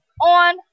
on